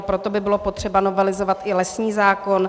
Proto by bylo potřeba novelizovat i lesní zákon.